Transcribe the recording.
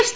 F